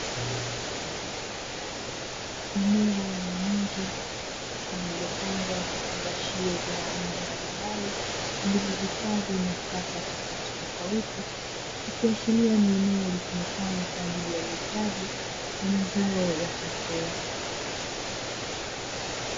Eneo la nje lililopangwa vifungashio vya aina mbalimbali, vilivyohifadhi nafaka tofauti tofauti ikiashiria ni eneo lijulikana kwa ajili ya uuzaji wa mazao ya chakula.